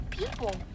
People